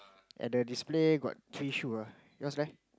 at the display got three shoe ah yours right